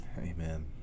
Amen